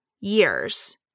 years